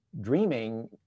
dreaming